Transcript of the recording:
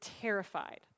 terrified